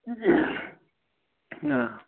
آ